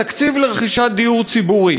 התקציב לרכישת דיור ציבורי